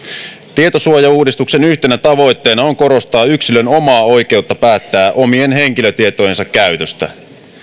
tietosuojauudistuksen yhtenä tavoitteena on korostaa yksilön omaa oikeutta päättää omien henkilötietojensa käytöstä